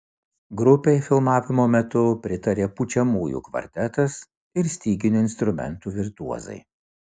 grupei filmavimo metu pritarė pučiamųjų kvartetas ir styginių instrumentų virtuozai